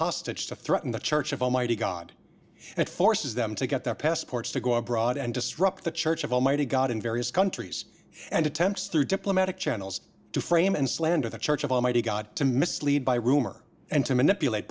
hostage to threaten the church of almighty god and forces them to get their passports to go abroad and disrupt the church of almighty god in various countries and attempts through diplomatic channels to frame and slander the church of almighty god to mislead by rumor and to manipulate